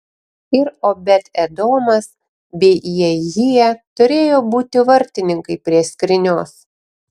ir obed edomas bei jehija turėjo būti vartininkai prie skrynios